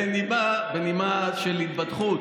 בנימה של התבדחות,